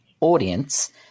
audience